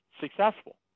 successful